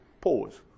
pause